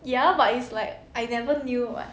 ya but it's like I never knew [what]